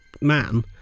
man